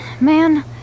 Man